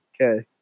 Okay